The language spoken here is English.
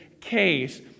case